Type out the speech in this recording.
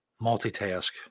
Multitask